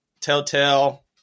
telltale